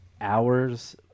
hours